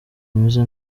ameze